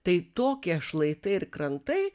tai tokie šlaitai ir krantai